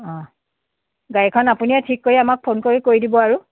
অঁ গাড়ীখন আপুনিয়ে ঠিক কৰি আমাক ফোন কৰি কৈ দিব আৰু